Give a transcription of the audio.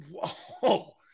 whoa